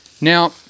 Now